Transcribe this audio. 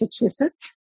Massachusetts